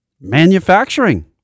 Manufacturing